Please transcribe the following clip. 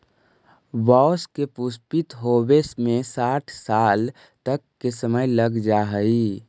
बाँस के पुष्पित होवे में साठ साल तक के समय लग जा हइ